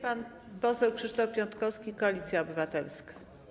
Pan poseł Krzysztof Piątkowski, Koalicja Obywatelska.